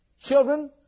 Children